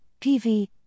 PV